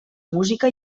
música